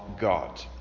God